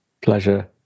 Pleasure